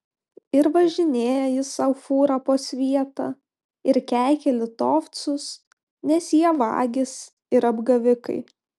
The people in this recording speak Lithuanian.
ir važinėja jis sau fūra po svietą ir keikia litovcus nes jie vagys ir apgavikai